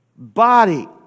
body